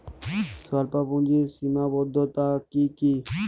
স্বল্পপুঁজির সীমাবদ্ধতা কী কী?